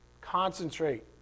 Concentrate